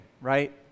right